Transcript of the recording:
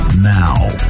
Now